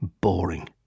boring